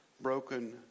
broken